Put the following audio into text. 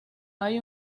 hay